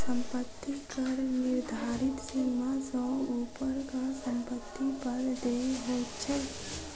सम्पत्ति कर निर्धारित सीमा सॅ ऊपरक सम्पत्ति पर देय होइत छै